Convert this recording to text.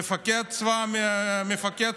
מפקד הצבא האשורי.